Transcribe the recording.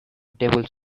table